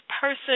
person